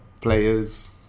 players